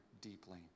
deeply